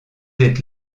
êtes